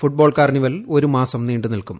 football carnival ഒരു മാസം നീണ്ടു നില്കും